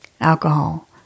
alcohol